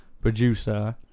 producer